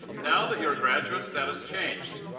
now that you are graduates, that has changed.